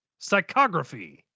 Psychography